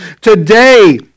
Today